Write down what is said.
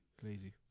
Crazy